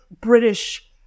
British